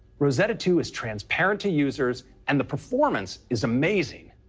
rosetta two is transparent to users, and the performance is amazing.